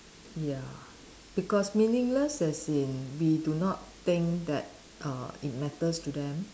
ya because meaningless as in we do not think that err it matters to them